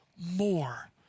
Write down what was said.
more